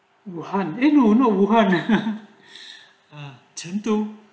wuhan eh no no no wuhan ah chengdu